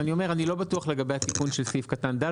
אני לא בטוח לגבי התיקון של סעיף קטן (ד),